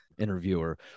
interviewer